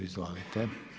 Izvolite.